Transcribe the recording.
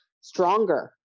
stronger